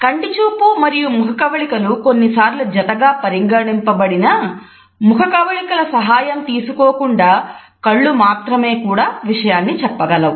కంటి చూపు మరియు ముఖకవళికలు కొన్నిసార్లు జతగా పరిగణింపబడినా ముఖకవళికల సహాయం తీసుకోకుండా కళ్ళు మాత్రమే కూడా విషయాన్ని చెప్పగలవు